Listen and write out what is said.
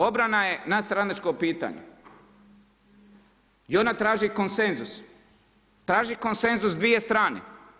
Obrana je nadstranačko pitanje i ona traži konsenzus, traži konsenzus dvije strane.